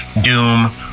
Doom